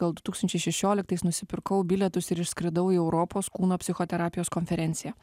gal du tūkstančiai šešioliktais nusipirkau bilietus ir išskridau į europos kūno psichoterapijos konferenciją